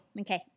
Okay